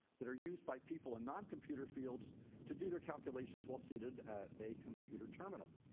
that are used by people in noncomputer fields to do their calculations while seated at a computer terminal.